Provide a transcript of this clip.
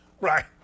Right